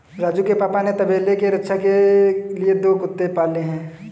राजू के पापा ने तबेले के रक्षा के लिए दो कुत्ते पाले हैं